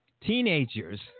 Teenagers